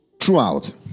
throughout